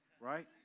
right